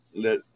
let